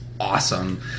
Awesome